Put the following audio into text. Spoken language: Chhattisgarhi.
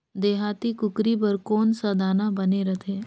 देहाती कुकरी बर कौन सा दाना बने रथे?